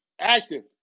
active